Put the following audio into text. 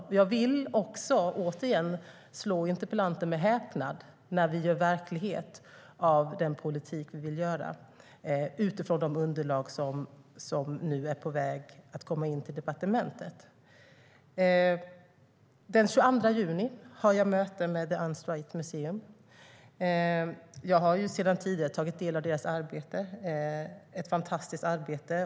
Och jag vill, återigen, slå interpellanten med häpnad när vi gör verklighet av den politik som vi vill föra, utifrån de underlag som är på väg in till departementet. Den 22 juni ska jag ha ett möte med The Unstraight Museum. Jag har tagit del av deras arbete sedan tidigare. Det är ett fantastiskt arbete.